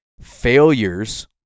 failures